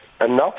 enough